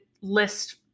list